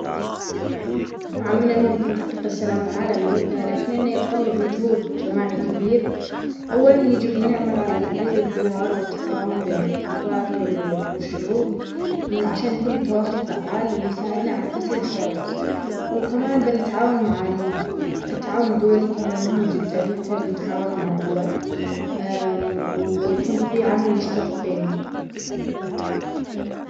نعم، من الممكن تحقيق السلام العالمي، لكن أنه يتطلب مجهود جماعي كبير. أولًا يجب أن نعمل على تعزيز الحوار والتفاهم بين الثقافات والع-والشعوب عشان يكون التواصل فعال ويساعدنا على كسر الحواجز. وكمان بنتعاون مع ال- التعاون الدولي كمان مهم جداً، نحتاج نتعاون مع الدول ويكون في عمل مشترك بيننا.